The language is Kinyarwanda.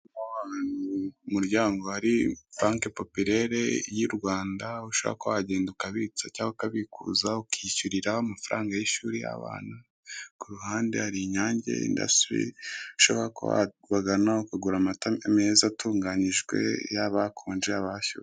Umuryango hari banki popirere y'urwanda ushaka wagenda ukabitsa cyangwa ukabikuza, ukanishyurira amafaranga y'ishuri abana, kuruhande hari inyange indasitiri ushobora kuhagana ukagura amata meza atunganijwe haba hakonje yaba hashyushye